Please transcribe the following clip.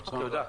ברצון רב.